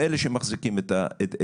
הם אלה שמחזיקים את המרכזים.